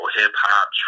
hip-hop